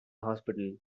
hospital